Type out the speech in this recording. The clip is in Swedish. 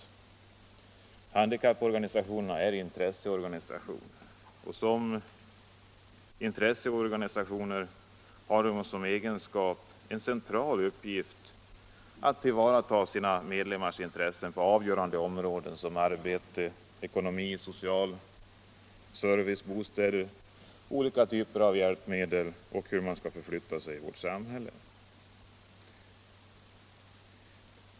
Handikapporganisationerna är intresseorganisationer och har som en central uppgift att tillvarata sina medlemmars intressen på avgörande områden såsom arbete, ekonomi, social service, bostäder, olika typer av hjälpmedel och hur man kan förflytta sig i vårt samhälle.